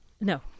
No